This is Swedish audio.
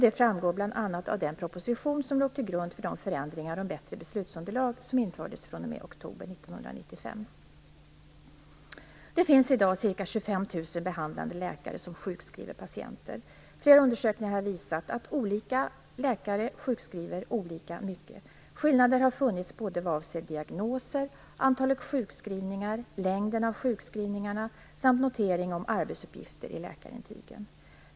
Detta framgår bl.a. av den proposition som låg till grund för de förändringar om bättre beslutsunderlag som infördes fr.o.m. oktober 1995. Det finns i dag ca 25 000 behandlande läkare som sjukskriver patienter. Flera undersökningar har visat att olika läkare sjukskriver olika mycket. Skillnader har funnits både vad avser diagnoser, antalet sjukskrivningar, längden av sjukskrivningarna samt notering om arbetsuppgifter i läkarintygen.